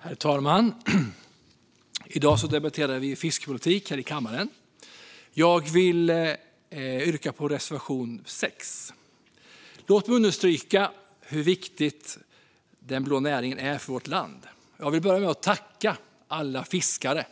Herr talman! I dag debatterar vi fiskepolitik här i kammaren. Jag vill yrka bifall till reservation 6. Låt mig understryka hur viktig den blå näringen är för vårt land. Jag vill börja med att tacka alla fiskare